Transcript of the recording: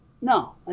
No